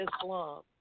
Islam